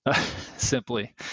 simply